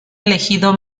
elegido